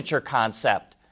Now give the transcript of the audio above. concept